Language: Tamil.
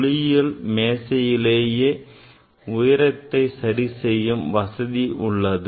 ஒளியியல் மேசையிலேயே உயரத்தை சரிசெய்யும் வசதி உள்ளது